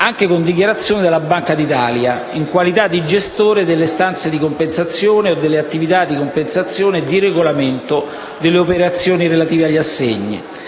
anche con dichiarazione della Banca d'Italia in qualità di gestore delle stanze di compensazione o delle attività di compensazione e di regolamento delle operazioni relative agli assegni,